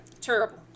Terrible